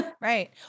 Right